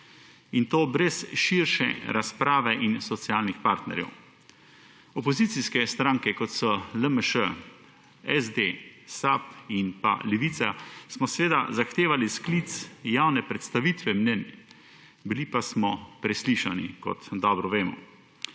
in to brez širše razprave in socialnih partnerjev. Opozicijske stranke, kot so LMŠ, SD, SAB in pa Levica, smo seveda zahtevali sklic javne predstavitve mnenj, bili pa smo preslišani, kot to dobro vemo.